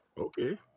Okay